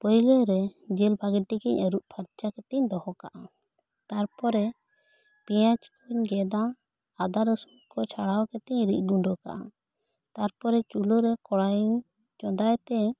ᱯᱩᱭᱞᱩ ᱨᱮ ᱡᱤᱞ ᱵᱷᱟᱹᱜᱤ ᱴᱷᱤᱠ ᱤᱧ ᱟᱹᱨᱩᱯ ᱯᱷᱟᱨᱪᱟ ᱠᱟᱛᱮ ᱤᱧ ᱫᱚᱦᱚ ᱠᱟᱜᱼᱟ ᱛᱟᱨ ᱯᱚᱨᱮ ᱯᱮᱭᱟᱡᱽ ᱠᱚᱧ ᱜᱮᱫᱟ ᱟᱫᱟ ᱨᱟᱥᱩᱱ ᱠᱚ ᱪᱷᱟᱲᱟᱣ ᱠᱟᱛᱮ ᱨᱤᱫ ᱜᱩᱱᱰᱟᱹ ᱠᱟᱜᱼᱟ ᱛᱟᱨᱯᱚᱨᱮ ᱪᱩᱞᱦᱟᱹ ᱨᱮ ᱠᱚᱲᱟᱭ ᱤᱧ ᱪᱚᱝᱫᱟᱭ ᱛᱮ